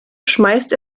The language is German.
schmeißt